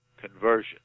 conversion